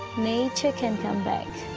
nature can come back.